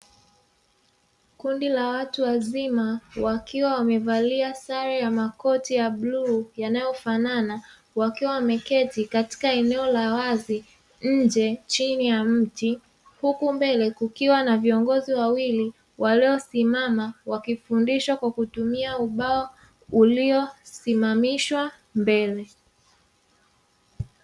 Kundi la watu wazima wakiwa wamevalia sare ya makoti ya bluu yanayofanana, wakiwa wameketi katika eneo la wazi nje chini ya mti. Huku mbele kukiwa na viongozi wawili waliosimama wakifundisha kwa kutumia ubao uliosimamishwa mbele.